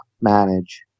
manage